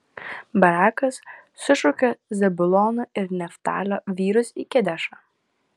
barakas sušaukė zabulono ir neftalio vyrus į kedešą